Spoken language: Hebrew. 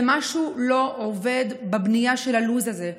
ומשהו לא עובד בבנייה של הלו"ז הזה.